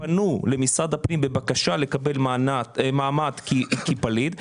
פנו למשרד הפנים בבקשה לקבל מעמד כפליט,